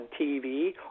TV